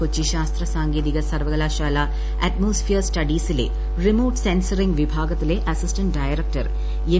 കൊച്ചി ശാസ്ത്ര സാങ്കേതിക സർവ്വകലാശാല അറ്റ്മോസ്ഫിയർ സ്റ്റഡീസിലെ റിമോട്ട് സെൻസറിങ് വിഭാഗത്തിലെ അസിസ്റ്റന്റ് ഡയറക്ടർ എം